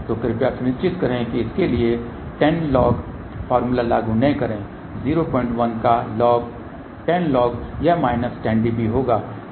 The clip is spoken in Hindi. तो कृपया सुनिश्चित करें कि इसके लिए 10 log फॉर्मूला लागू न करें 01 का 10 log यह माइनस 10 dB होगा